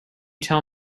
tell